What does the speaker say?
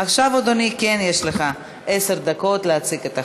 עכשיו, אדוני, יש לך עשר דקות להציג את החוק.